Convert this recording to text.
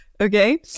okay